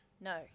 No